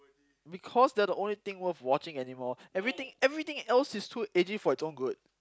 because they are the only thing worth watching anymore everything everything else is too edgy for its own good